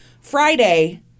Friday